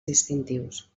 distintius